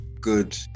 good